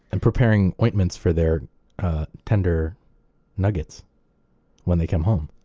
and preparing ointments for their tender nuggets when they come home.